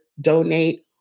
donate